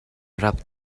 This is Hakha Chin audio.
rap